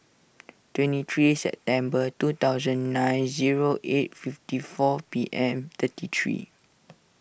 twenty three September two thousand nine zero eight fifty four P M thirty three